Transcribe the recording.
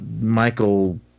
Michael